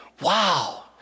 Wow